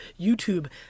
YouTube